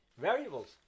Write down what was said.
Variables